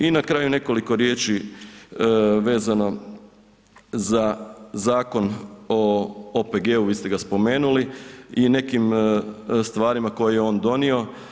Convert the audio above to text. I na kraju, nekoliko riječi vezano za Zakon o OPG-u, vi ste ga spomenuli i nekim stvarima koje je on donio.